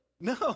No